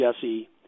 Jesse